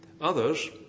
Others